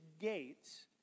gates